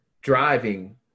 driving